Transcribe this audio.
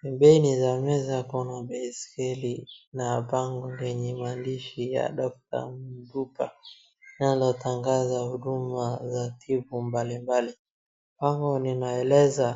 Pembeni za meza kuna baiskeli na bango lenye maandishi ya DR. MDUBA , linalotangaza huduma za tibu mbalimbali. Bango linaeleza...